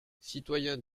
citoyens